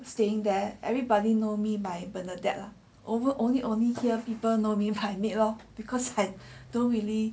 staying there everybody know me by bernardette lah over only only hear people know me by may lor because I don't really